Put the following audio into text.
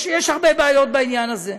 יש הרבה בעיות בעניין הזה,